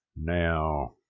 Now